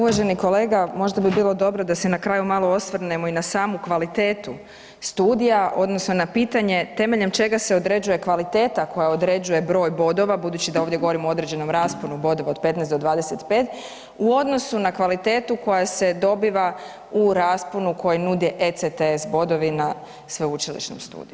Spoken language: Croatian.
Uvaženi kolega, možda bi bilo dobro da se na kraju malo osvrnemo i na samu kvalitetu studija odnosno na pitanje temeljem čega se određuje kvaliteta koja određuje broj bodova budući da ovdje govorimo o određenom rasponu bodova od 15 do 25 u odnosu na kvalitetu koja se dobiva u rasponu koji nude ECTS bodovi na sveučilišnom studiju?